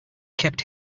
kept